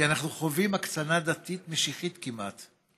כי אנחנו חווים הקצנה דתית משיחית כמעט,